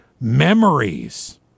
memories